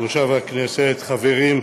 חברים,